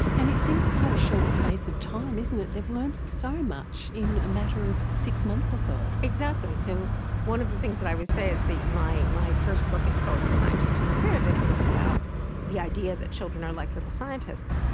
and it's in quite a short space of time, isn't it, they've learned so much in a matter of six months so. exactly. so one of the things that i always say is, my my first book, it's called the scientist in the crib, and it was about the idea that children are like little scientists.